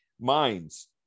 minds